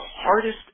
hardest